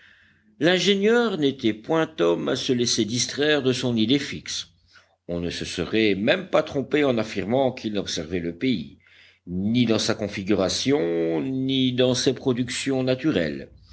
l'ingénieur n'était point homme à se laisser distraire de son idée fixe on ne se serait même pas trompé en affirmant qu'il n'observait le pays ni dans sa configuration ni dans ses productions naturelles